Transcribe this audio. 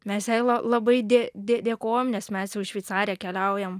mes jai la labai dė dė dėkojam nes mes jau į šveicariją keliaujam